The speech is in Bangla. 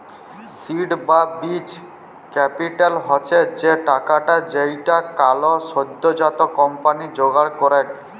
সীড বা বীজ ক্যাপিটাল হচ্ছ সে টাকাটা যেইটা কোলো সদ্যজাত কম্পানি জোগাড় করেক